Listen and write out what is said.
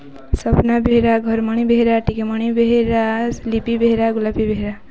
Swapna Behera Gharamani Behera Tikimani Behera Lipi Behera Golapi Behera